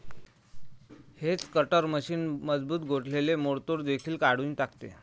hedge cutter machine मजबूत गोठलेले मोडतोड देखील काढून टाकते